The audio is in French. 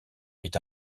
est